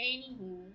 Anywho